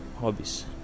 Hobbies